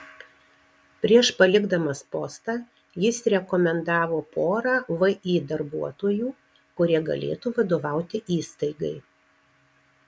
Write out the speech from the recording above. prieš palikdamas postą jis rekomendavo porą vį darbuotojų kurie galėtų vadovauti įstaigai